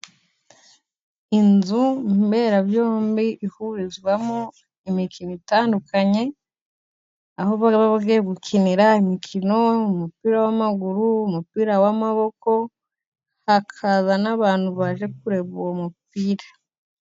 Inzu mberabyombi ihurizwamo imikino itandukanye, aho baraba bagiye gukinira imikino mu mupira w'amaguru, umupira w'amaboko, hakaza n'abantu baje kureba uwo mupira.